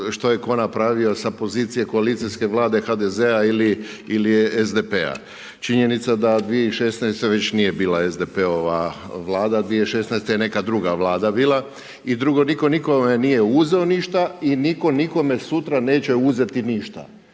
što je tko napravio sa pozicije koalicijske vlade HDZ-a ili SDP-a. Činjenica da 2016. već nije bila SDP-ova vlada, 2016. je neka druga vlada bila. I drugo, nitko nikome nije uzeo ništa i nitko nikome sutra neće uzeti ništa.